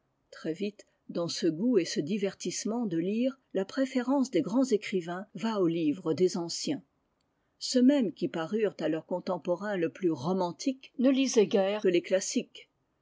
très vite dans ce goût et ce divertissement de lire la préférence des grands écrivains va aux livres des anciens ceux mêmes qui parurent à leurs contemporains le plus romantiques ne lisaient guère que les classiques